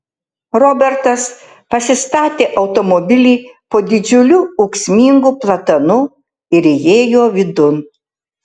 robertas pasistatė automobilį po didžiuliu ūksmingu platanu ir įėjo vidun